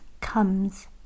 comes